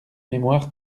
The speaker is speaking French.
mémoire